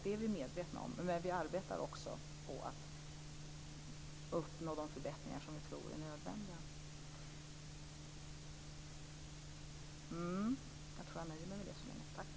Det är vi medvetna om. Men vi arbetar också med att uppnå de förbättringar som vi tror är nödvändiga. Jag nöjer mig med detta så länge.